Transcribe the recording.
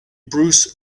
bruce